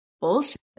bullshit